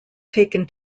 taken